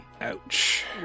Ouch